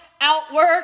outwork